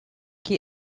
qui